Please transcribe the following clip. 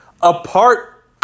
Apart